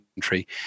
country